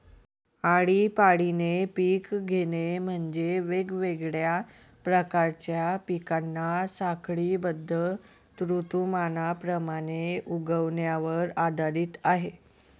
आळीपाळीने पिक घेणे म्हणजे, वेगवेगळ्या प्रकारच्या पिकांना साखळीबद्ध ऋतुमानाप्रमाणे उगवण्यावर आधारित आहे